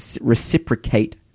reciprocate